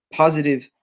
positive